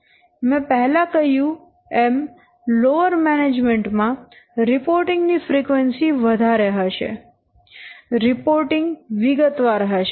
મેં પહેલા કહ્યું એમ લોઅર મેનેજમેન્ટ માં રિપોર્ટિંગ ની ફ્રીક્વન્સી વધારે હશે રિપોર્ટિંગ વિગતવાર હશે